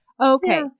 Okay